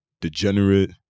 degenerate